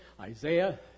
Isaiah